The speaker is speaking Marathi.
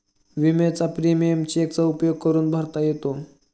विम्याचा प्रीमियम चेकचा उपयोग करून भरता येतो